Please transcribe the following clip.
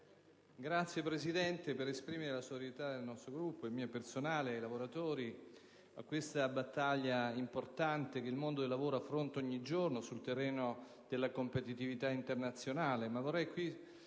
Signora Presidente, vorrei esprimere la solidarietà del nostro Gruppo, e mia personale, ai lavoratori della Eaton ed a questa battaglia importante che il mondo del lavoro affronta ogni giorno sul terreno della competitività internazionale.